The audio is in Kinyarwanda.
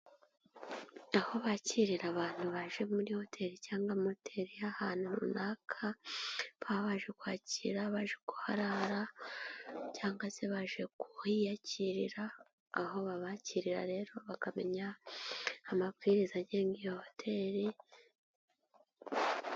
Aho bakirira abantu baje muri hoteli cyangwa moteri y'ahantu runaka baba baje kwakira, baje kuharara cyangwa se baje kuhiyakirarira, aho babakirira rero bakamenya amabwiriza agenga iyo hoteli.